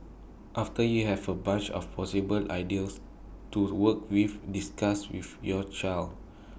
after you have A bunch of possible ideas to work with discuss with your child